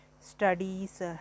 studies